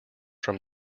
from